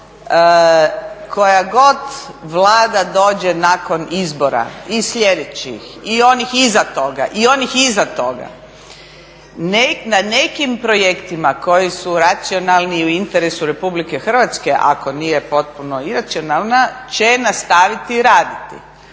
koja god Vlada dođe nakon izbora i sljedećih i onih iza toga i onih iza toga. Na nekim projektima koji su racionalni i u interesu Republike Hrvatske ako nije potpuno iracionalna će nastaviti raditi.